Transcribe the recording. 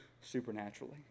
supernaturally